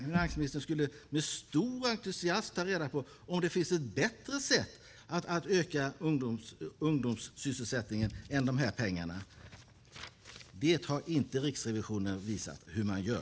Finansministern skulle nog vara entusiastisk över att få veta om det finns ett bättre sätt att öka ungdomssysselsättningen. Riksrevisionen har inte visat hur man gör.